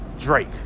Drake